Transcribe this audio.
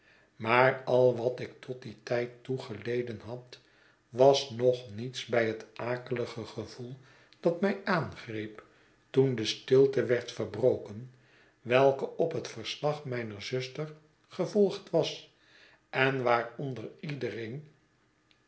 maar al wat ik tot dien tijd toe geleden had was nog niets bij het akelige gevoel dat mij aangreep toen de stilte werd verbroken welke op het verslag mijner zuster gevolgd was en waaronder iedereen